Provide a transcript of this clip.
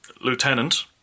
lieutenant